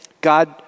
God